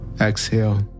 Exhale